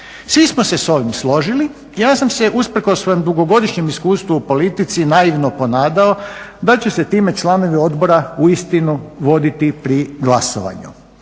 Svi smo se s ovim složili. Ja sam se usprkos dugogodišnjem iskustvu u politici naivno ponadao da će se time članovi odbora uistinu voditi pri glasovanju.